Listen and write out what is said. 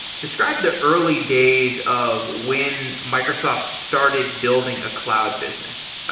describe the early days of when microsoft started building a cloud business.